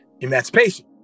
emancipation